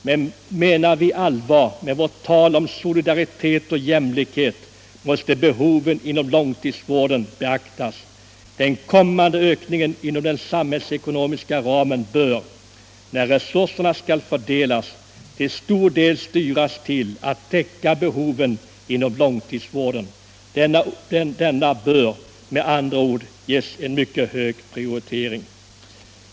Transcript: Men menar vi allvar med vårt tal om solidaritet och jämlikhet måste behoven inom långtidsvården beaktas. Den kommande ökningen inom den samhällsekonomiska ramen bör, när resurserna skall fördelas, till stor del styras till att täcka behoven inom långtidsvården. Denna bör med andra ord ges en mycket hög prioritering.